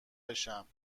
بشم